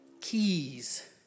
keys